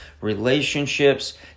relationships